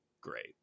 Great